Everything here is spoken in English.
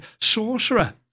Sorcerer